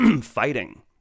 fighting